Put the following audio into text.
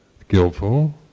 skillful